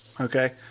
Okay